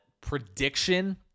prediction